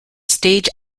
stage